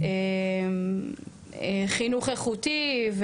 חינוך איכותי,